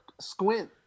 squint